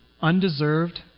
undeserved